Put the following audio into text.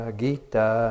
gita